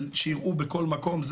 שיראו בכל מקום,